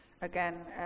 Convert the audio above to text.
again